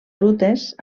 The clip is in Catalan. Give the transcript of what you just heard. rutes